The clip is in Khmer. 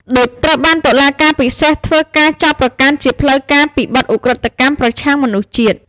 ឌុច ត្រូវបានតុលាការពិសេសធ្វើការចោទប្រកាន់ជាផ្លូវការពីបទ ឧក្រិដ្ឋកម្មប្រឆាំងមនុស្សជាតិ។